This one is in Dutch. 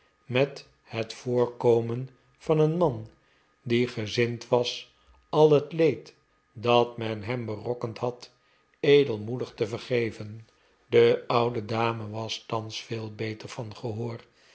met het voorkomen van een man die gezind was al het leed dat men hem berokkend had edelmoedig te verge ven de oude dame was thans veel beter van gehoor